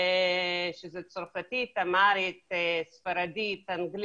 שזה צרפתית, אמהרית, ספרדית, אנגלית.